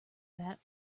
that